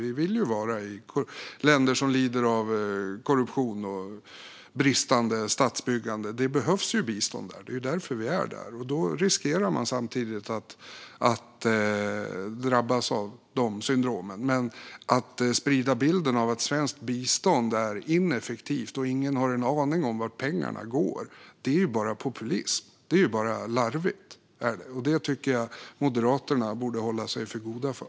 Vi vill ju vara i länder som lider av korruption och bristande statsbyggande. Där behövs det bistånd, och det är därför vi är där. Då riskerar man samtidigt att drabbas av dessa syndrom. Men att sprida bilden att svenskt bistånd är ineffektivt och att ingen har en aning om vart pengarna går är bara larvig populism som jag tycker att Moderaterna borde hålla sig för goda för.